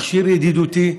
מכשיר ידידותי,